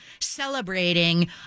celebrating